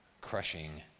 crushing